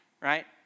right